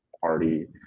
party